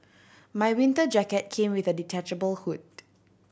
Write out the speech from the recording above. my winter jacket came with a detachable hood